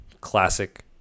classic